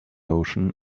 ocean